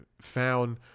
found